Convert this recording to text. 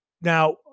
now